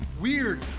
weird